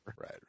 right